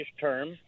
term